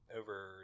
over